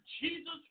Jesus